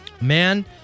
Man